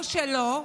או שלא,